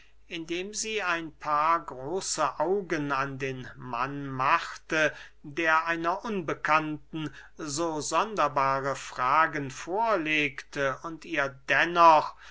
indem sie ein paar große augen an den mann machte der einer unbekannten so sonderbare fragen vorlegte und ihr dennoch